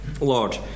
Lord